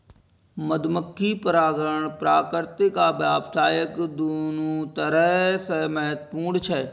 मधुमाछी परागण प्राकृतिक आ व्यावसायिक, दुनू तरह सं महत्वपूर्ण छै